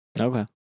Okay